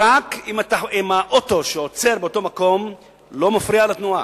רק אם האוטו שעוצר באותו מקום לא מפריע לתנועה,